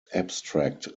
abstract